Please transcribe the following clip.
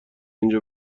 اینجا